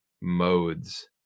modes